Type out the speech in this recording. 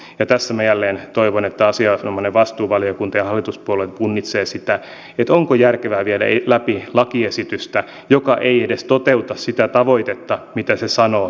tässä minä jälleen toivon että asianomainen vastuuvaliokunta ja hallituspuolueet punnitsevat sitä onko järkevää viedä läpi lakiesitystä joka ei edes toteuta sitä tavoitetta mitä se sanoo tavoittelevansa